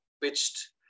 pitched